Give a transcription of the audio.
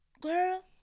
girl